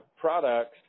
products